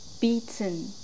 beaten